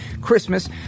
Christmas